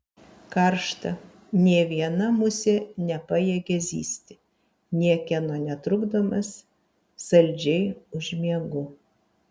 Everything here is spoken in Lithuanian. karšta nė viena musė nepajėgia zyzti niekieno netrukdomas saldžiai užmiegu